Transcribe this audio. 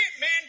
man